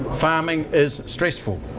farming is stressful.